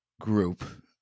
group